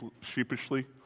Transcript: sheepishly